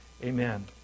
Amen